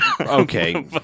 Okay